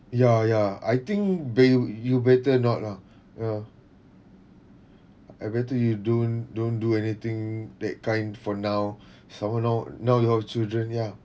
ya ya I think be~ you better not lah ya I better you don't don't do anything that kind for now some more now now you have children ya